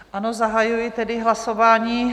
Ano, zahajuji tedy hlasování.